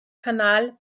kanal